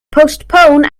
postpone